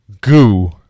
goo